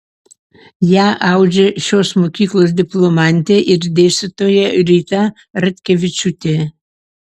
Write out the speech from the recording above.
ją audžia šios mokyklos diplomantė ir dėstytoja rita ratkevičiūtė